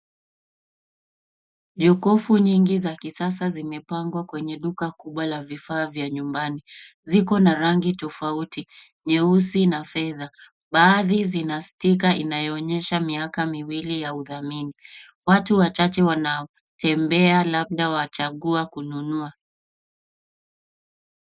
Mikufu nyingi za kisasa zimepangwa kwenye duka kubwa la vifaa vya nyumbani. Ziko na rangi tofauti nyeusi na fedha. Baadhi sina stika inayoonyesha miaka miwili ya udhamini. Watu wachache wanatembea labda wachagua kununua.